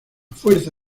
fuerza